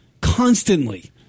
constantly